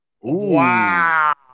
Wow